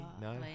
No